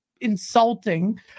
insulting